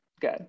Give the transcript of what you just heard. Good